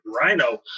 Rhino